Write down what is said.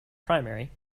primary